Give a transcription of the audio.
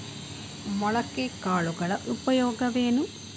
ಮೊಳಕೆ ಕಾಳುಗಳ ಉಪಯೋಗವೇನು?